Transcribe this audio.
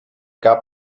gab